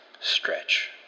stretch